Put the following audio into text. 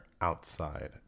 outside